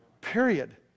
Period